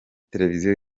televiziyo